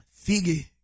Figgy